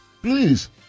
please